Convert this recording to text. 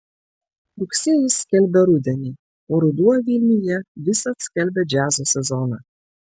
rugsėjis skelbia rudenį o ruduo vilniuje visad skelbia džiazo sezoną